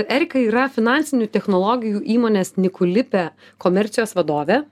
erika yra finansinių technologijų įmonės nikulipė komercijos vadovė